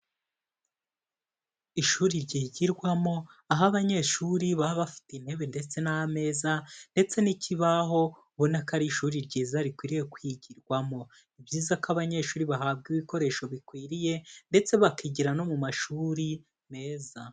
Ishuri ryigirwarwamo, aho abanyeshuri baba bafite intebe ndetse n'ameza ndetse n'ikibaho ubona ko ari ishuri ryiza rikwiriye kwigirwamo. Ni byiza ko abanyeshuri bahabwa ibikoresho bikwiriye ndetse bakigira no mu mashuri meza.